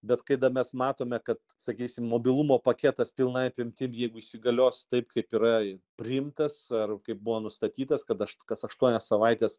bet kada mes matome kad sakysim mobilumo paketas pilna apimtim jeigu įsigalios taip kaip yra priimtas ar kaip buvo nustatytas kad aš kas aštuonias savaites